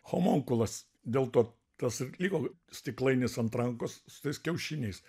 homunkulas dėl to tas ir liko stiklainis ant rankos su tais kiaušiniais